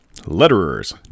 letterers